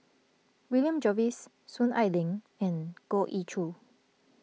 William Jervois Soon Ai Ling and Goh Ee Choo